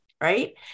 right